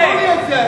נתנה את זה.